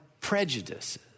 prejudices